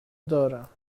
دارم